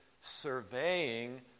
surveying